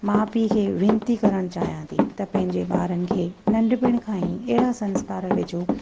माउ पीउ खे वेनती करण चाहियां थी त पंहिंजे ॿारनि खे नंढपिण खां ई एॾा संस्कारु विझो